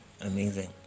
Amazing